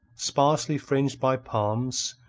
sparsely fringed by palms,